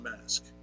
mask